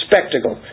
Spectacle